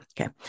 Okay